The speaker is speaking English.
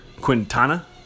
Quintana